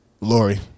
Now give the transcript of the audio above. lori